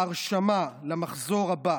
ההרשמה למחזור הבא